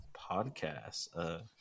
podcast